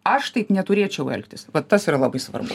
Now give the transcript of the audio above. aš taip neturėčiau elgtis va tas yra labai svarbu